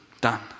done